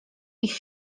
ich